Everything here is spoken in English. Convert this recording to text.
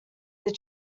this